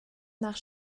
nach